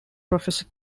professor